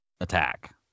attack